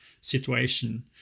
situation